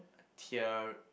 tear